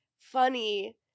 funny